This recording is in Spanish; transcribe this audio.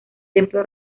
templo